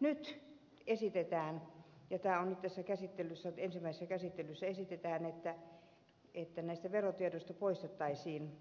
nyt esitetään ja tämä on nyt tässä ensimmäisessä käsittelyssä että verotiedoista poistettaisiin